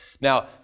Now